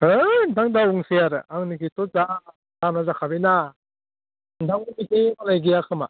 होइ नोंथां दाबुंसै आरो आंनि खेथ्रआ जा बारा जाखाबाय ना नोंथांमोननि बे मालाय गैया खोमा